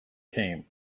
came